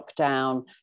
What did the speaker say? lockdown